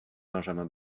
benjamin